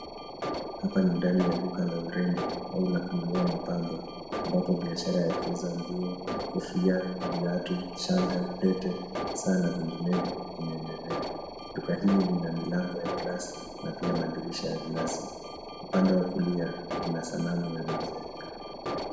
Hapa ni ndani ya duka la urembo au la kununua mapambo ambapo biashara ya kuuza nguo, kofia, viatu, shanga, pete saa na vinginevyo inaendelea. Duka hili lina milango ya glasi na pia madirisha ya glasi. Upande wa kulia kuna sanamu ya majaribu